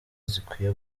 zikwiye